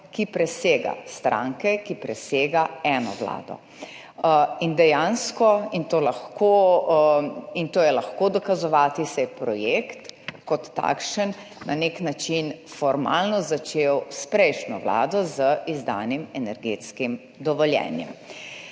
ki presega stranke, ki presega eno vlado. To je lahko dokazovati, saj se je projekt kot takšen na nek način formalno začel s prejšnjo vlado z izdanim energetskim dovoljenjem.